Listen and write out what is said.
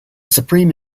supreme